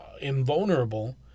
invulnerable